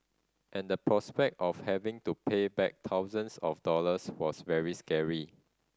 and the prospect of having to pay back thousands of dollars was very scary